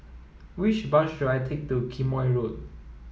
which bus should I take to Quemoy Road